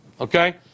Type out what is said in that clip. Okay